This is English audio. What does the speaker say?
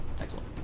Excellent